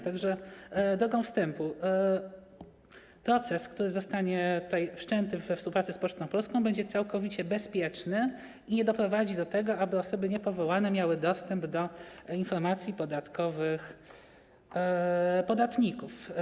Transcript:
Tak że drogą wstępu, proces, który zostanie wszczęty we współpracy z Pocztą Polską, będzie całkowicie bezpieczny i nie doprowadzi do tego, że osoby niepowołane będą miały dostęp do informacji podatkowych podatników.